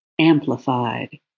amplified